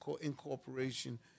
incorporation